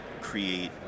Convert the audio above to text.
create